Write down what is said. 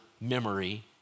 memory